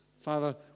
Father